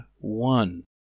one